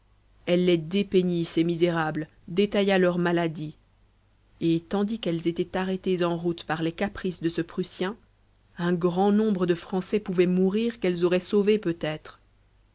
elle les dépeignit ces misérables détailla leur maladie et tandis qu'elles étaient arrêtées en route par les caprices de ce prussien un grand nombre de français pouvaient mourir qu'elles auraient sauvés peut-être